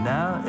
Now